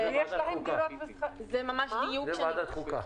זה ועדת חוקה.